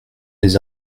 les